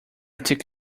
took